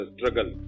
Struggle